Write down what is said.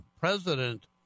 President